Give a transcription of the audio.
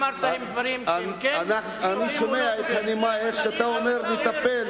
אני שומע את הנימה, איך אתה אומר "נטפל".